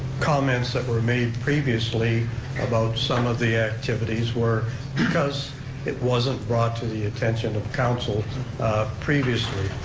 comments that were made previously about some of the activities were because it wasn't brought to the attention of council previously.